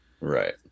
Right